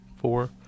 four